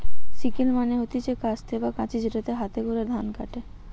sickle মানে হতিছে কাস্তে বা কাঁচি যেটাতে হাতে করে ধান কাটে